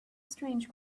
strange